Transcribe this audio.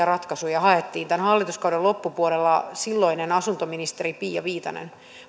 ratkaisuja haettiin sen hallituskauden loppupuolella silloinen asuntoministeri pia viitanen